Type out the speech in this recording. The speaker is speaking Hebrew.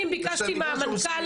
כמה תושבים יש בחיפה?